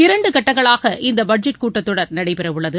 இரண்டுகட்டங்களாக இந்தபட்ஜெட் கூட்டத் தொடர் நடைபெறவுள்ளது